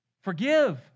Forgive